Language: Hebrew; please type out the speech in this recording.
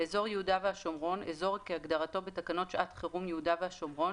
"אזור יהודה והשומרון" אזור כהגדרתו בתקנות שעת חירום (יהודה והשומרון,